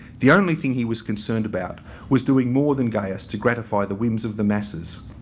the only thing he was concerned about was doing more than gaius to gratify the whims of the masses.